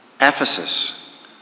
Ephesus